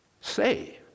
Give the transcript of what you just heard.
say